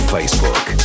Facebook